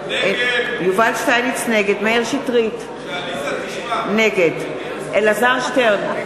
נגד מאיר שטרית, נגד אלעזר שטרן,